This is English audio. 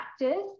practice